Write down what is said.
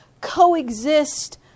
coexist